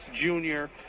junior